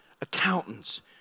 accountants